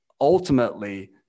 ultimately